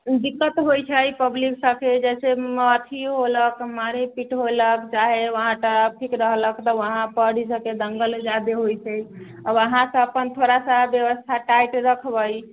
दिक्कत होइ छै पब्लिकसबके जइसे अथी होलक मारे पीट होलक चाहे वहाँ ट्रैफिक रहलक तऽ वहाँपर दंगा फसाद जे होइ छै अब अहाँके अपन थोड़ा सा बेबस्था टाइट रखबै